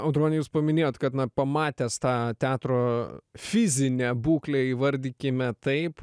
audroni jūs paminėjot kad na pamatęs tą teatro fizinę būklę įvardykime taip